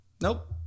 Nope